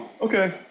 Okay